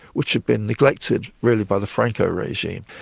which had been neglected really by the franco regime,